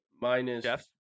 minus